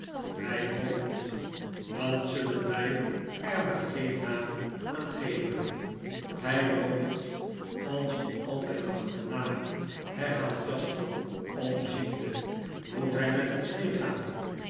my ook niet dan zullen wij er maargeen naam aan geven hij loopt ons nog altijd achterna herhaalt jasper omziende moet hij met ons meegaan